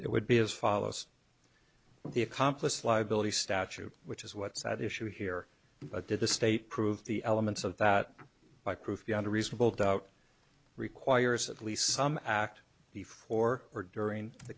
it would be as follows the accomplice liability statute which is what's at issue here but did the state prove the elements of that by proof beyond a reasonable doubt requires at least some act before or during the